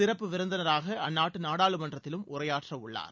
சிறப்பு விருந்தினராக அந்நாட்டு நாடாளுமன்றத்திலும் உரையாற்றவுள்ளார்